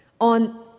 on